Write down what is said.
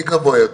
שלום לכולכם,